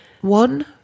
One